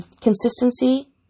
consistency